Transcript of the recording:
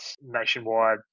nationwide